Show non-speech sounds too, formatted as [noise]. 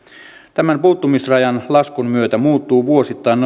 tämän puuttumisrajan laskun myötä muuttuu vuosittain [unintelligible]